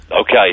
Okay